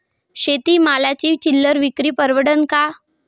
शेती मालाची चिल्लर विक्री परवडन का?